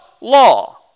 law